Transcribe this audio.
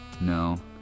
No